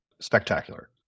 spectacular